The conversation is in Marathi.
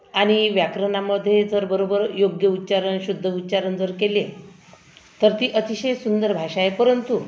आणि व्याकरणामधे जर बरोबर योग्य उच्चार आणि शुद्ध उच्चारण जर केले तर ती अतिशय सुंदर भाषा आहे परंतु